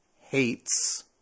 hates